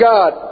God